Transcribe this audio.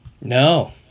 No